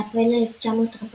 באפריל 1945,